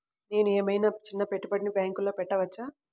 నేను ఏమయినా చిన్న పెట్టుబడిని బ్యాంక్లో పెట్టచ్చా?